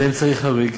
זה אמצעי חריג,